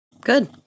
good